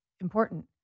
important